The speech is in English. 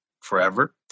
forever